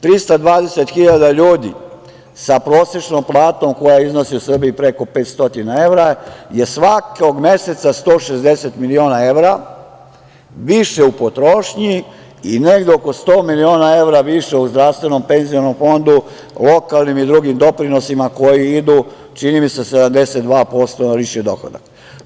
Tristadvadeset hiljada ljudi sa prosečnom platom koja iznosi u Srbiji preko 500 evra je svakog meseca 160 miliona evra više u potrošnji i negde oko 100 miliona evra više u zdravstvenom, penzionom fondu, u lokalnim i drugim doprinosima koji idu, čini mi se, 72% na lični dohoda.